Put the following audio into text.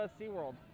SeaWorld